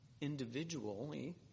individually